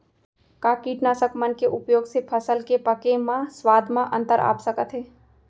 का कीटनाशक मन के उपयोग से फसल के पके म स्वाद म अंतर आप सकत हे?